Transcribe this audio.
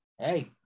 Hey